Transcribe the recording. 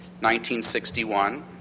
1961